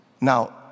Now